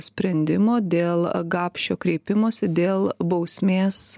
sprendimo dėl gapšio kreipimosi dėl bausmės